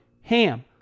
HAM